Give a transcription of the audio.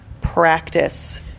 practice